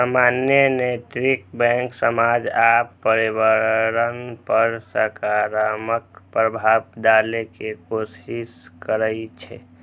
सामान्यतः नैतिक बैंक समाज आ पर्यावरण पर सकारात्मक प्रभाव डालै के कोशिश करै छै